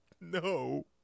No